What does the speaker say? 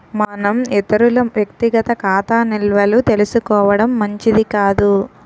మనం ఇతరుల వ్యక్తిగత ఖాతా నిల్వలు తెలుసుకోవడం మంచిది కాదు